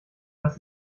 das